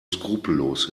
skrupellos